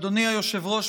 אדוני היושב-ראש,